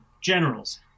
generals